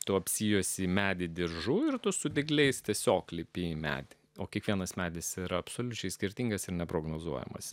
tu apsijuosė medį diržu ir tu su dygliais tiesiog lipi į medį o kiekvienas medis yra absoliučiai skirtingas ir neprognozuojamas